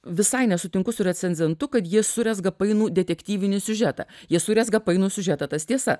visai nesutinku su recenzentu kad jie surezga painų detektyvinį siužetą jie surezga painų siužetą tas tiesa